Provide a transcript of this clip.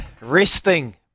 resting